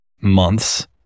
months